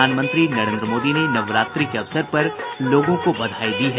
प्रधानमंत्री नरेन्द्र मोदी ने नवरात्रि के अवसर पर लोगों को बधाई दी है